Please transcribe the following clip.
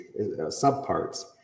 subparts